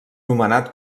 nomenat